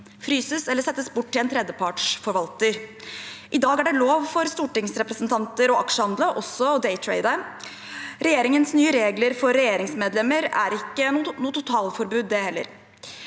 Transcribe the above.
fryses eller settes bort til en tredjepartsforvalter. I dag er det lov for stortingsrepresentanter å aksjehandle og «daytrade». Regjeringens nye regler for regjeringsmedlemmer er ikke noe totalforbud,